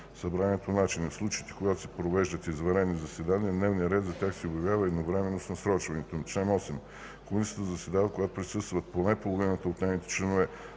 Събранието начини. В случаите, когато се провеждат извънредни заседания, дневният ред за тях се обявява едновременно с насрочването им. Чл. 8. Комисията заседава, когато присъстват поне половината от нейните членове.